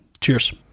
Cheers